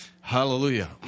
Hallelujah